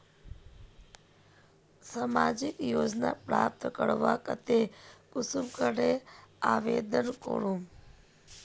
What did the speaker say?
सामाजिक योजना प्राप्त करवार केते कुंसम करे आवेदन करूम?